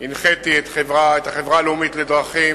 הנחיתי את החברה הלאומית לדרכים,